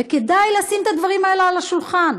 וכדאי לשים את הדברים האלה על השולחן.